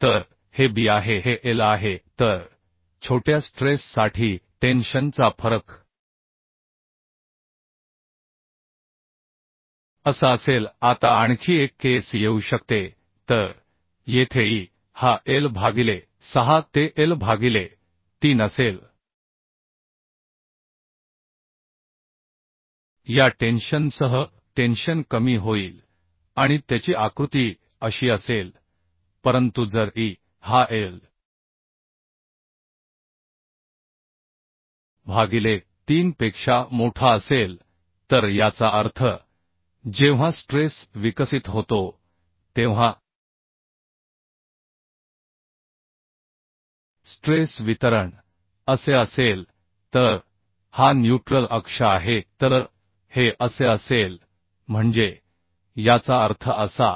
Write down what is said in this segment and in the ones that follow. तर हे b आहे हे l आहे तर छोट्या स्ट्रेस साठी टेन्शन चा फरक असा असेल आता आणखी एक केस येऊ शकते तर येथे e हा l भागिले 6 ते l भागिले 3 असेल या टेन्शन सह टेन्शन कमी होईल आणि त्याची आकृती अशी असेल परंतु जर e हा l भागिले 3 पेक्षा मोठा असेल तर याचा अर्थ जेव्हा स्ट्रेस विकसित होतो तेव्हा स्ट्रेस वितरण असे असेल तर हा न्यूट्रल अक्ष आहे तर हे असे असेल म्हणजे याचा अर्थ असा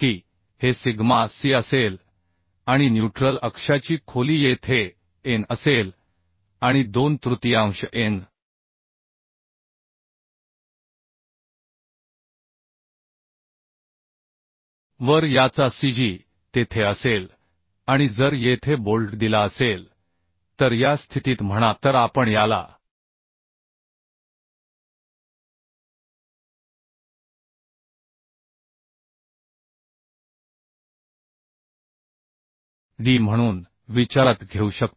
की हे सिग्मा c असेल आणि न्यूट्रल अक्षाची खोली येथे n असेल आणि दोन तृतीयांश n वर याचा cg तेथे असेल आणि जर येथे बोल्ट दिला असेल तर या स्थितीत म्हणा तर आपण याला d म्हणून विचारात घेऊ शकतो